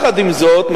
עם זאת,